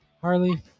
Harley